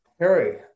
Harry